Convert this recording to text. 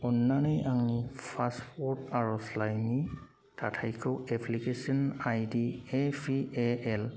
अननानै आंनि पासपर्ट आर'जलाइनि थाथाइखौ application ID A P A L